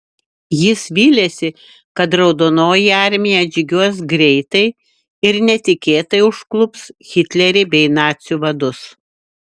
jis vylėsi kad raudonoji armija atžygiuos greitai ir netikėtai užklups hitlerį bei nacių vadus